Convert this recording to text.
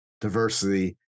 diversity